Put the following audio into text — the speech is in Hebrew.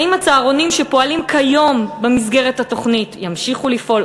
האם הצהרונים שפועלים כיום במסגרת התוכנית ימשיכו לפעול,